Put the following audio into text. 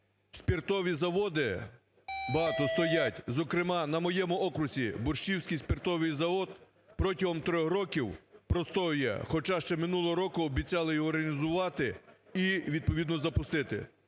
Спиртові заводи багато стоять, зокрема на моєму окрузі Борщівський спиртовий завод протягом трьох років простоює, хоча ще минулого року обіцяли його реалізувати і відповідно запустити.